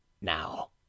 Now